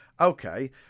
Okay